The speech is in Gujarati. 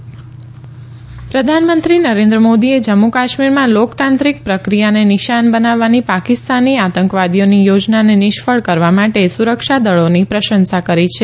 પ્રધાનમંત્રી જમ્મુ કાશ્મીર પ્રધાનમંત્રી નરેન્દ્ર મોદીએ જમ્મુ કાશ્મીરમાં લોકતાંત્રિક પ્રક્રિયાને નિશાન બનાવવાની પાકિસ્તાની આતંકવાદીઓની યોજનાને નિષ્ફળ કરવા માટે સુરક્ષા દળોની પ્રશંસા કરી છે